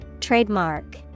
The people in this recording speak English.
Trademark